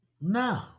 no